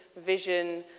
vision,